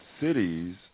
cities